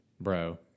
bro—